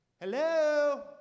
hello